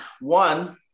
one